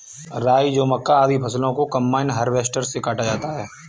राई, जौ, मक्का, आदि फसलों को कम्बाइन हार्वेसटर से काटा जाता है